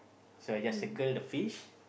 so I just circle the fish